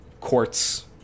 quartz